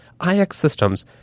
ixsystems